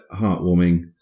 heartwarming